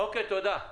אוקיי, תודה.